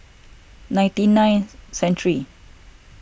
ninety nine century